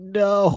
no